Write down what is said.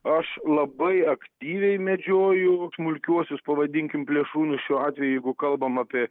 aš labai aktyviai medžioju smulkiuosius pavadinkim plėšrūnus šiuo atveju jeigu kalbam apie